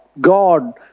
God